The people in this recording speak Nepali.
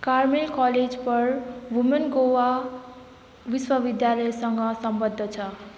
Carmel college for women Goa विश्वविद्यालयसँग सम्बद्ध छ